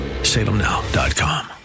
salemnow.com